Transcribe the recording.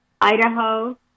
Idaho